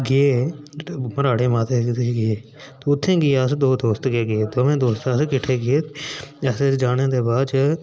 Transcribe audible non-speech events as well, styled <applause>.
गऽ <unintelligible> उत्थै गे अस दो दोस्त गै गे दवैं दोस्त अस इक्कठे गे असैं जाने बाद